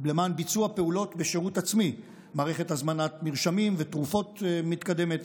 למען ביצוע פעולות בשירות עצמי: מערכת הזמנת מרשמים ותרופות מתקדמת,